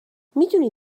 میدونی